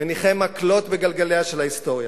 מניחי מקלות בגלגליה של ההיסטוריה.